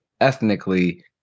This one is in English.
ethnically